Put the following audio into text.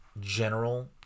general